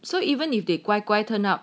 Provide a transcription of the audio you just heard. so even if they 乖乖 turn up